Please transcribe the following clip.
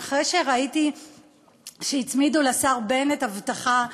אחרי שראיתי שהצמידו לשר בנט אבטחה,